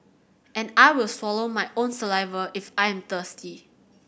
and I will swallow my own saliva if I am thirsty